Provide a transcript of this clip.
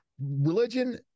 Religion